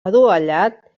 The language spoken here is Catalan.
adovellat